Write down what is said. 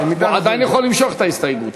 הוא עדיין יכול למשוך את ההסתייגות.